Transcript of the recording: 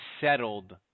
settled